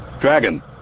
Dragon